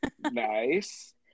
nice